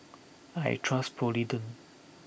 I trust Polident